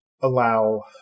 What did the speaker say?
allow